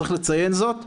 צריך לציין זאת,